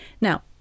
Now